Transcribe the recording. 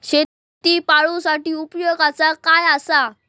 शेळीपाळूसाठी उपयोगाचा काय असा?